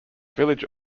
village